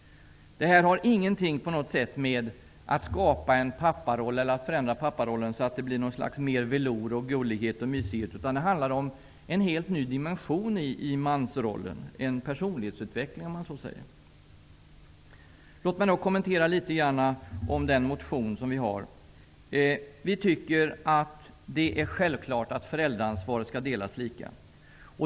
Det här har ingenting att göra med att skapa en papparoll eller att förändra papparollen till mer velour, gullighet och mysighet. Det handlar om en helt ny dimension i mansrollen -- en personlighetsutveckling. Låt mig kommentera den motion som vi har väckt. Vi tycker att det är självklart att föräldraansvaret skall delas lika.